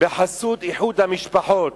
בחסות איחוד המשפחות.